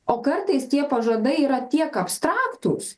o kartais tie pažadai yra tiek abstraktūs